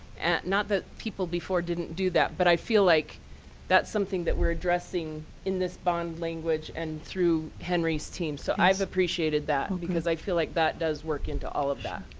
not that people before didn't do that, but i feel like that's something that we're addressing in this bond language and through henry's team. so i've appreciated that. and because i feel like that does work into all of that.